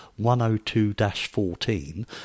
102-14